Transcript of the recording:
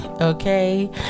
okay